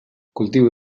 cultiu